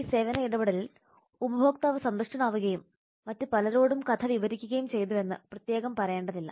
ഈ സേവന ഇടപെടലിൽ ഉപഭോക്താവ് സന്തുഷ്ടനാവുകയും മറ്റ് പലരോടും കഥ വിവരിക്കുകയും ചെയ്തുവെന്ന് പ്രത്യേകം പറയേണ്ടതില്ല